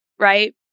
right